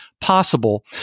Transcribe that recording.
possible